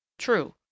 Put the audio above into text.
True